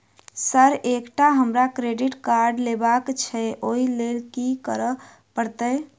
Sir एकटा हमरा credit card लेबकै छैय ओई लैल की करऽ परतै?